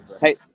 Hey